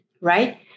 right